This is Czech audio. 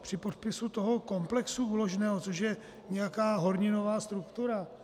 Při podpisu toho komplexu úložného, což je nějaká horninová struktura?